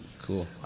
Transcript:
cool